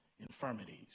infirmities